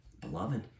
Beloved